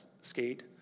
skate